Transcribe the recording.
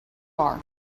are